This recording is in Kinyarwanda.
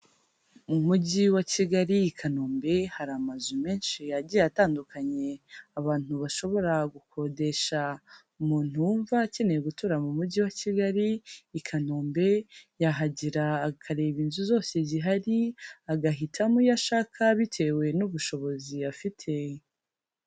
Mu mujyi wa Kigali i Kanombe hari amazu menshi yagiye atandukanye abantu bashobora gukodesha, umuntu wumva akeneye gutura mu mujyi wa Kigali i Kanombe, yahagera akareba inzu zose zihari agahitamo iyo ashaka bitewe n'ubushobozi afite.